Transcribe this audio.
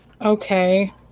Okay